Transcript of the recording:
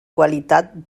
qualitat